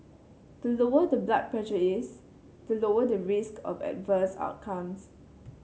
the lower the blood pressure is the lower the risk of adverse outcomes